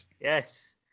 Yes